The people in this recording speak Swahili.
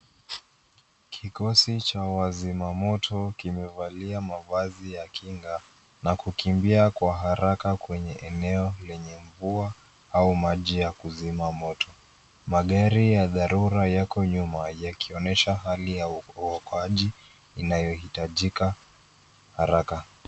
Kikosi cha wazima moto wamevalia mavazi ya kinga na kukimbia kwa haraka kwenye eneo lenye mvua au maji ya kuzima moto. Magari ya dharura yako nyuma yakionyesha hali ya uokoaji inayohitajika haraka.